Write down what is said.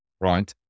right